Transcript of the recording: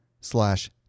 slash